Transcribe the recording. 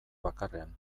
bakarrean